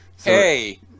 Hey